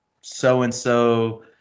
so-and-so